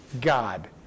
God